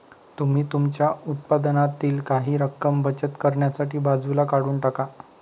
तुम्ही तुमच्या उत्पन्नातील काही रक्कम बचत करण्यासाठी बाजूला काढून टाका